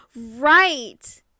Right